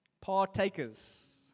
partakers